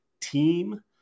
team